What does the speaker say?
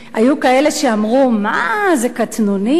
היו כאלה שאמרו: זה קטנוני,